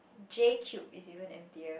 J-Cube is even emptier